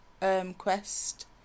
quest